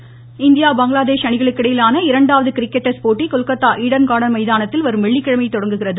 cricket இந்திய பங்களாதேஷ் அணிகளுக்கு இடையேயான இரண்டாவது கிரிக்கெட் டெஸ்ட் போட்டி கொல்கத்தா ஈடன் காா்டன் மைதானத்தில் வரும் வெள்ளிக்கிழமை தொடங்குகிறது